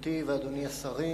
גברתי ואדוני השרים,